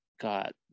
got